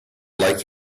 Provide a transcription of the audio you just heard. like